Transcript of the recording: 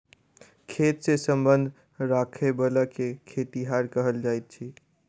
खेत सॅ संबंध राखयबला के खेतिहर कहल जाइत अछि